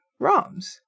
ROMs